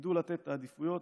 ידעו לתת עדיפויות